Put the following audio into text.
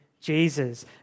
Jesus